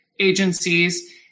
agencies